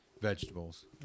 vegetables